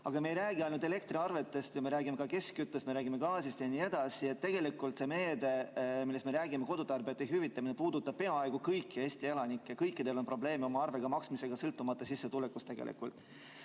Aga me ei räägi ainult elektriarvetest, vaid me räägime ka keskküttest, gaasist ja nii edasi. Tegelikult see meede, millest me räägime, kodutarbijate kulude hüvitamine, puudutab peaaegu kõiki Eesti elanikke. Kõikidel on probleeme oma arve maksmisega, sõltumata sissetulekust tegelikult.